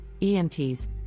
EMTs